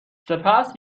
سپس